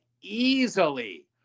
easily